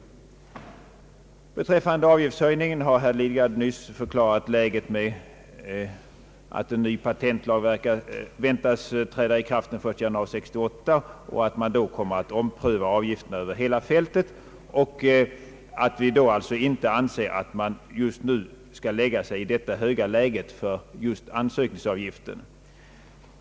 Beträffande avgiftshöjningen har herr Lidgard nyss förklarat läget med att en ny patentlag väntas träda i kraft den 1 januari 1968 och att man då kommer att ompröva avgifterna över hela fältet; vi anser på grund härav att man inte just nu skall fastställa detta höga läge för ansökningsavgiften.